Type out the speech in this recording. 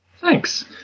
Thanks